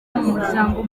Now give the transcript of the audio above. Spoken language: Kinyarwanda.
muryango